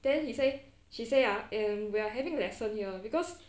then he say she say ah um we are having lesson here because